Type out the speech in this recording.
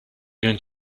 going